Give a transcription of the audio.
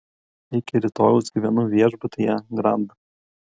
iki rytojaus gyvenu viešbutyje grand